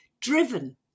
driven